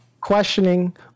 questioning